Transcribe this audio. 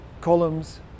columns